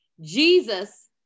Jesus